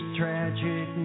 tragic